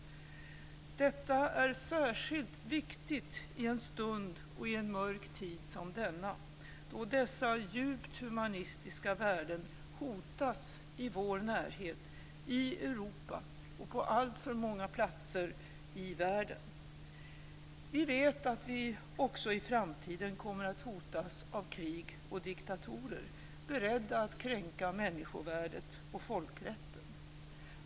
Detta är särskilt viktigt i en stund och i en mörk tid som denna, då dessa djupt humanistiska värden hotas i vår närhet, i Europa och på alltför många platser i världen. Vi vet att vi också i framtiden kommer att hotas av krig och diktatorer, beredda att kränka människovärdet och folkrätten.